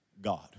God